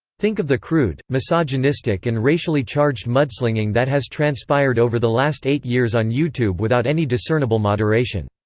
think of the crude, misogynistic and racially-charged mudslinging that has transpired over the last eight years on youtube without any discernible moderation.